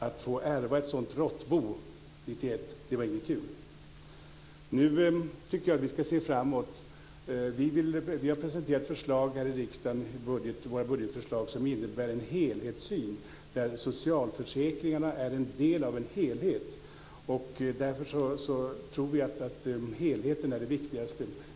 Att få ärva ett sådant råttbo 1991 var inte kul. Nu tycker jag att vi ska se framåt. Vi har presenterat våra budgetförslag här i riksdagen som innebär en helhetssyn, där socialförsäkringarna är en del av en helhet. Vi tror att helheten är det viktigaste.